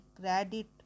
credit